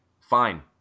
fine